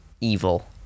evil